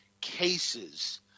cases